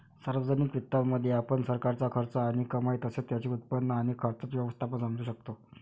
सार्वजनिक वित्तामध्ये, आपण सरकारचा खर्च आणि कमाई तसेच त्याचे उत्पन्न आणि खर्चाचे व्यवस्थापन समजू शकतो